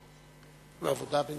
ומהעבודה,